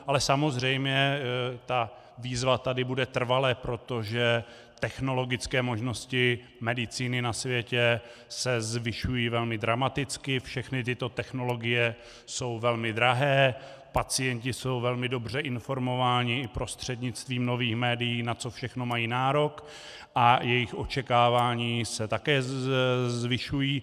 Ale samozřejmě výzva tady bude trvale, protože technologické možnosti medicíny na světě se zvyšují velmi dramaticky, všechny tyto technologie jsou velmi drahé, pacienti jsou velmi dobře informováni prostřednictvím nových médiích, na co všechno mají nárok, a jejich očekávání se také zvyšují.